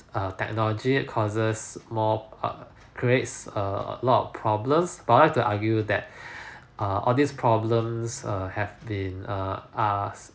err technology causes more err creates a lot of problems but I would like to argue that err all these problems err have been err ask